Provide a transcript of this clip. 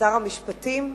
שר המשפטים,